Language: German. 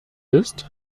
ist